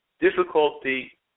difficulty